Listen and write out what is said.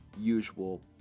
usual